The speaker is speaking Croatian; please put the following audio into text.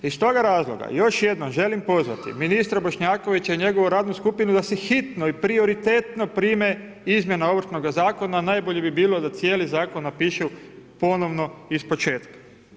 Iz toga razloga još jednom želim pozvati ministra Bošnjakovića i njegovu radnu skupinu da se hitno i prioritetno prime izmjena Ovršnoga zakona, najbolje bi bilo da cijeli zakon napišu ponovni ispočetka.